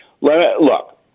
Look